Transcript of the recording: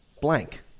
blank